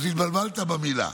אז התבלבלת במילה.